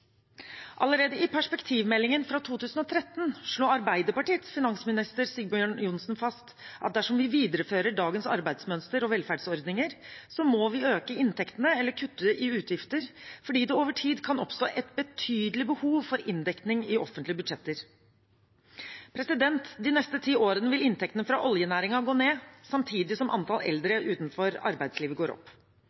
Allerede i perspektivmeldingen fra 2013 slo Arbeiderpartiets finansminister Sigbjørn Johnsen fast at dersom vi viderefører dagens arbeidsmønster og velferdsordninger, må vi øke inntektene eller kutte i utgifter fordi det over tid kan oppstå et betydelig behov for inndekning i offentlige budsjetter. De neste ti årene vil inntektene fra oljenæringen gå ned, samtidig som antall eldre utenfor arbeidslivet går opp.